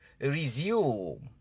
resume